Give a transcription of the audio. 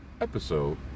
episode